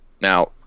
Now